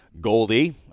goldie